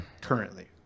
currently